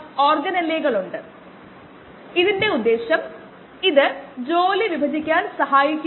5 gram ആയിരുന്നു